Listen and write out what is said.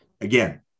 Again